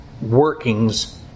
workings